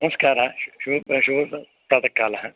नमस्काराः शुभप्रातःकालः